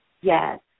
Yes